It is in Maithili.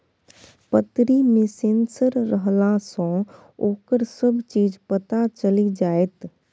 पतरी मे सेंसर रहलासँ ओकर सभ चीज पता चलि जाएत